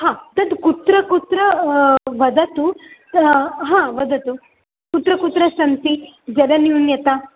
हा तद् कुत्र कुत्र वदतु हा वदतु कुत्र कुत्र सन्ति जलन्यूनता